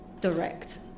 direct